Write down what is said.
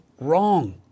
wrong